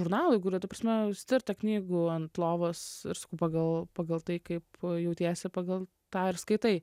žurnalui ta prasme stirta knygų ant lovos ir pagal pagal tai kaip jautiesi pagal tą ir skaitai